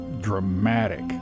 dramatic